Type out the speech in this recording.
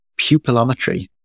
pupillometry